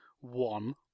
one